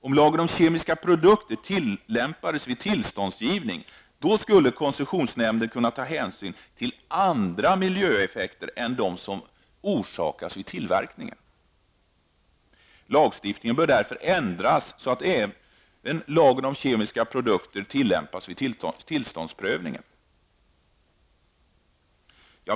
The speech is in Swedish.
Om lagen om kemiska produkter tillämpades vid tillståndsgivningen skulle koncessionsnämnden kunna ta hänsyn även till andra miljöeffekter än dem som direkt orsakas av tillverkningen. Lagstiftningen bör därför ändras så att även lagen om kemiska produkter tillämpas vid tillståndsprövningen.